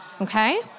okay